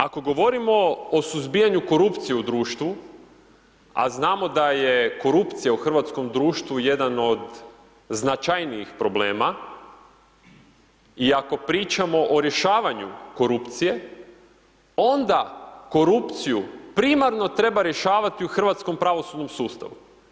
Ako govorimo o suzbijanju korupcije u društvu, a znamo da je korupcija u hrvatskom društvu jedan od značajnih problema i ako pričamo o rješavanju korupcije, onda korupciju primarno treba rješavati u hrvatskom pravosudnom sustavu.